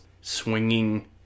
swinging